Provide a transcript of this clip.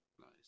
nice